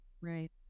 Right